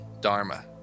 Dharma